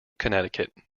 connecticut